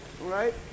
Right